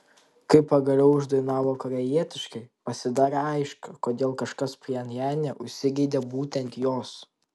kai pagaliau uždainavo korėjietiškai pasidarė aišku kodėl kažkas pchenjane užsigeidė būtent jos